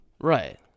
Right